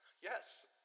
Yes